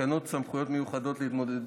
תקנות סמכויות מיוחדות להתמודדות,